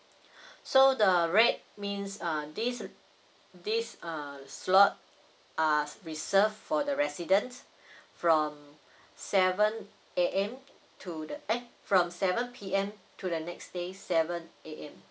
so the rate means err this this err slot err reserved for the resident from seven A_M to the eh from seven P_M to the next day seven A_M